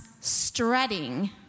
strutting